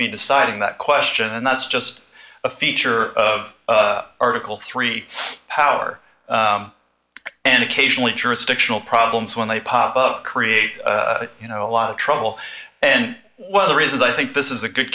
be deciding that question and that's just a feature of article three power and occasionally jurisdictional problems when they pop up create you know a lot of trouble and one of the reasons i think this is a good